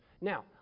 Now